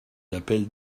d’appel